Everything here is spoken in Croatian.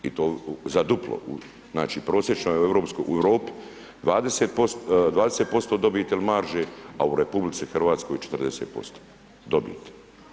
I to za duplo, znači prosječno u Europi 20% dobiti ili marže, a u RH 40% dobiti.